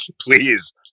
please